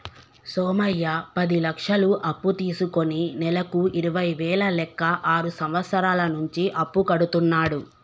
సోమయ్య పది లక్షలు అప్పు తీసుకుని నెలకు ఇరవై వేల లెక్క ఆరు సంవత్సరాల నుంచి అప్పు కడుతున్నాడు